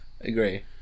Agree